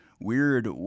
weird